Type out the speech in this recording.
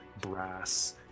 brass